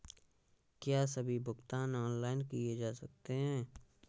क्या सभी भुगतान ऑनलाइन किए जा सकते हैं?